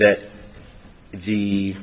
that the